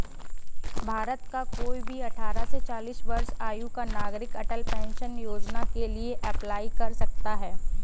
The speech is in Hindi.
भारत का कोई भी अठारह से चालीस वर्ष आयु का नागरिक अटल पेंशन योजना के लिए अप्लाई कर सकता है